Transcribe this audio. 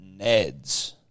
Neds